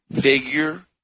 figure